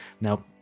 now